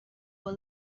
were